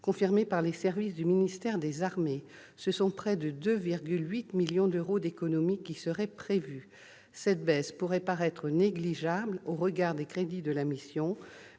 confirmés par les services du ministère des armées, ce sont près de 2,8 millions d'euros d'économies qui seraient prévus. Cette baisse pourrait paraître négligeable au regard des crédits de la mission,